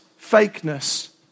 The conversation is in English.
fakeness